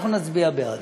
ואנחנו נצביע בעד.